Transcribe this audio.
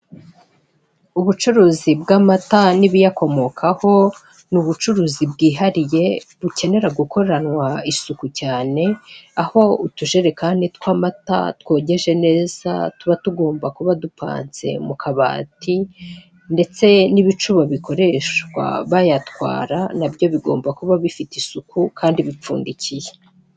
Ubucuruzi bw'amata n'ibiyakomokaho, ni ubucuruzi bwihariye bukenera gukoranwa isuku cyane, aho utujerekani tw'amata twogeje neza tuba tugomba kuba dupanze mu kabati ndetse n'ibicuba bikoreshwa bayatwara nabyo bigomba kuba bifite isuku kandi bipfundikiye.